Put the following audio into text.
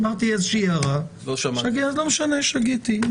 אמרתי איזושהי הערה - אז לא משנה, שגיתי.